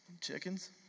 Chickens